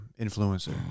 influencer